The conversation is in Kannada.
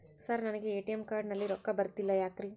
ಸರ್ ನನಗೆ ಎ.ಟಿ.ಎಂ ಕಾರ್ಡ್ ನಲ್ಲಿ ರೊಕ್ಕ ಬರತಿಲ್ಲ ಯಾಕ್ರೇ?